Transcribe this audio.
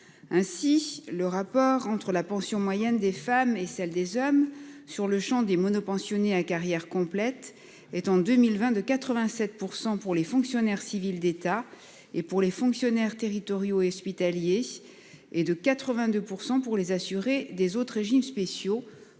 Ainsi, le rapport entre la pension moyenne des femmes et celle des hommes sur le Champ des monopoles nationaux à carrière complète est en 2020 de 87% pour les fonctionnaires civils d'État et pour les fonctionnaires territoriaux et hospitaliers et de 82% pour les assurés des autres régimes spéciaux,